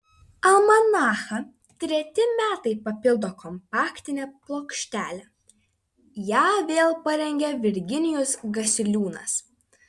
almanachą treti metai papildo kompaktinė plokštelė ją vėl parengė virginijus gasiliūnas